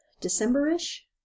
December-ish